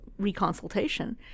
reconsultation